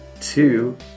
two